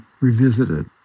revisited